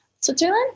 Switzerland